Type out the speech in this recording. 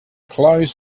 clothes